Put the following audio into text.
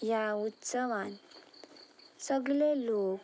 ह्या उत्सवान सगले लोक